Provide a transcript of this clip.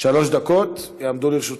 יועבר להמשך